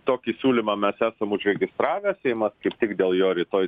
tokį siūlymą mes esam užregistravę seimas kaip tik dėl jo rytoj